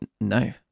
no